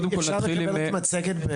אפשר לקבל את המצגת?